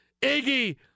Iggy